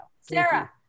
Sarah